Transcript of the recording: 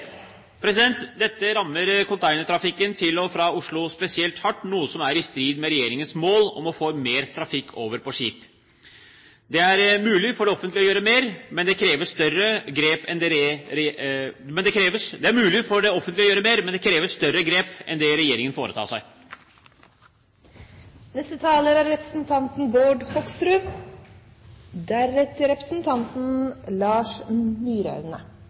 Dette rammer containertrafikken til og fra Oslo spesielt hardt, noe som er i strid med regjeringens mål om å få mer trafikk over på skip. Det er mulig for det offentlige å gjøre mer, men det krever større grep enn det regjeringen foretar seg. Når jeg hører statsrådens tale, hører jeg flotte festtaler, men festtaler gjør jo ikke at det